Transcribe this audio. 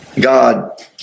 God